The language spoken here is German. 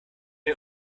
den